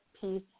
peace